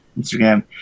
Instagram